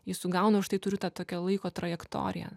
jį sugaunu už tai turiu tą tokią laiko trajektoriją